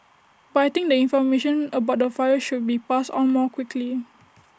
but I think the information about the fire should be passed on more quickly